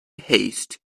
haste